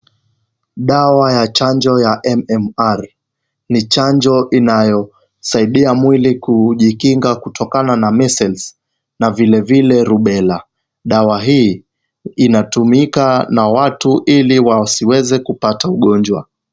Dawa ya chanjo ya M-M-R ni chanjo inayosaidia mwili kujikinga kutokana na measles na vile vile rubella . Dawa hii inatumika na watu ili wasiweze kupata ugonjwa.